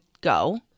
go